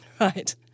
right